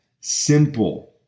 simple